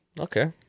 Okay